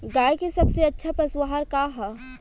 गाय के सबसे अच्छा पशु आहार का ह?